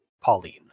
Pauline